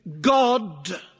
God